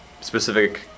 specific